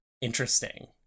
interesting